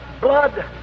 blood